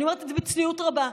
ואני אומרת את זה בצניעות רבה,